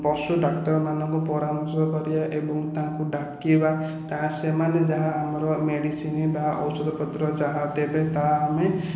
ପଶୁ ଡାକ୍ତର ମାନଙ୍କୁ ପରାମର୍ଶ କରିବା ଏବଂ ତାଙ୍କୁ ଡାକିବା ତା ସେମାନେ ଯାହା ଆମର ମେଡ଼ିସିନ ବା ଔଷଧ ପତ୍ର ଯାହା ଦେବେ ତାହା ଆମେ